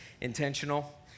intentional